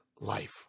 life